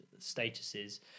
statuses